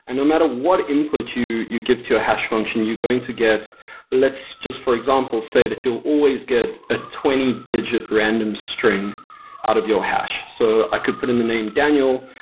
and no matter what input you you give to a hash function, you're going to get let's just for example say that you'll always get a twenty digit random string out of your has. so i could put in the name daniel,